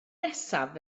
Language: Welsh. nesaf